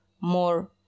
more